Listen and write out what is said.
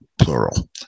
plural